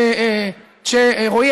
רועי,